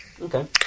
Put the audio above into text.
Okay